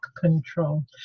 control